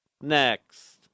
Next